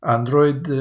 Android